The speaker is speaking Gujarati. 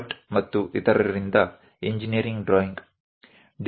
ભટ્ટ અને અન્ય લોકો દ્વારા એન્જિનિયરિંગ ડ્રોઈંગ ડી